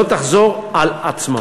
לא תחזור על עצמה.